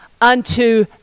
unto